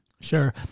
Sure